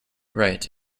right